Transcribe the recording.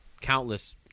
countless